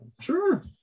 Sure